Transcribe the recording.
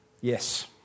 Yes